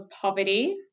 poverty